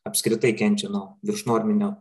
apskritai kenčia nuo viršnorminio